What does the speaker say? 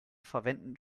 verwenden